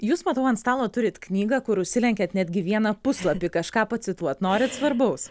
jūs matau ant stalo turit knygą kur užsilenkėt netgi vieną puslapį kažką pacituot norit svarbaus